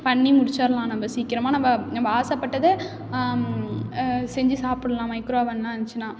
பண்ணி முடிச்சிடலாம் நம்ம சீக்கிரமாக நம்ம நம்ம ஆசைப்பட்டத செஞ்சு சாப்பிட்லாம் மைக்ரோஅவன்லாம் இருந்துச்சுன்னா